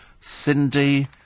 Cindy